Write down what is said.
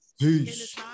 Peace